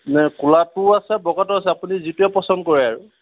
নাই ক'লাটোও আছে বগাটোও আছে আপুনি যিটোৱে পচন্দ কৰে আৰু